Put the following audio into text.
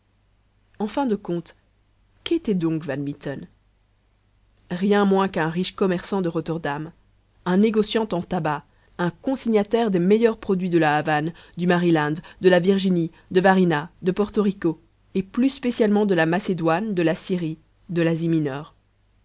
en fin de compte qu'était donc van mitten rien moins qu'un riche commerçant de rotterdam un négociant en tabacs un consignataire des meilleurs produits de la havane du maryland de la virginie de varinas de porto rico et plus spécialement de la macédoine de la syrie de l'asie mineure